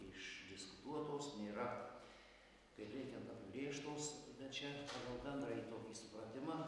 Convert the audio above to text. išdiskutuotos nėra kaip reikiant apibrėžtos bet čia pagal bendrąjį tokį supratimą